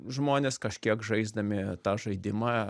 žmonės kažkiek žaisdami tą žaidimą